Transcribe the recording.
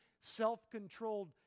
self-controlled